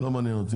לא מעניין אותי.